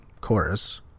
Chorus